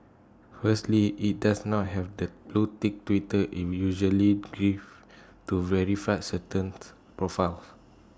firstly IT does not have the blue tick Twitter in usually gives to verify certain profiles